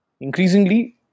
Increasingly